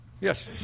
Yes